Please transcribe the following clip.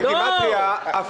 זו